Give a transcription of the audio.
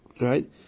Right